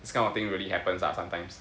this kind of thing really happens ah sometimes